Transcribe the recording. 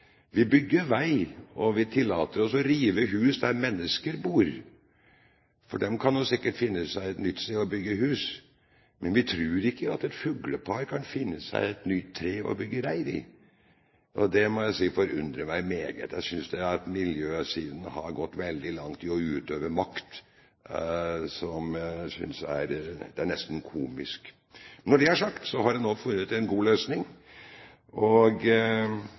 sikkert finne seg et nytt sted å bygge hus, men vi tror ikke at et fuglepar kan finne seg et nytt tre å bygge reir i. Og det forundrer meg meget. Jeg synes at miljøsiden har gått veldig langt i å utøve makt. Det er nesten komisk. Når det er sagt, har en nå funnet en god løsning, og